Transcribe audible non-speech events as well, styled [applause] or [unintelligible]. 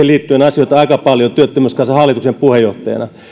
[unintelligible] liittyen hoitanut aika paljon asioita työttömyyskassan hallituksen puheenjohtajana